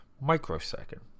microsecond